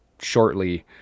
shortly